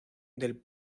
del